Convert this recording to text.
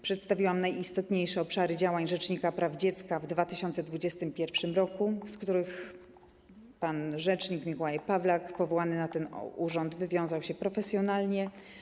Przedstawiłam najistotniejsze obszary działań rzecznika praw dziecka w 2021 r., z których pan rzecznik Mikołaj Pawlak powołany na ten urząd wywiązał się profesjonalnie.